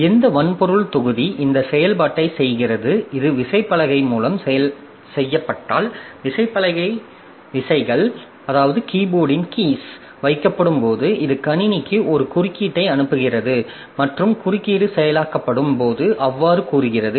எந்த வன்பொருள் தொகுதி இந்த செயல்பாட்டைச் செய்கிறது இது விசைப்பலகை மூலம் செய்யப்பட்டால் விசைப்பலகை விசைகள் வைக்கப்படும் போது இது கணினிக்கு ஒரு குறுக்கீட்டை அனுப்புகிறது மற்றும் குறுக்கீடு செயலாக்கப்படும் போது அவ்வாறு கூறுகிறது